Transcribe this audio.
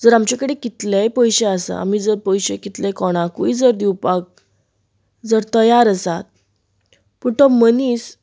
जर आमचे कडेन कितलेय पयशे आसात आमी जर पयशे कितले कोणाकूय जर दिवपाक जर तयार आसात पूण तो मनीस